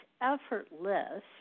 effortless